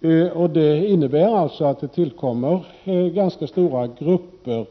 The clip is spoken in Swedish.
Detta innebär att det tillkommer ganska stora grupper,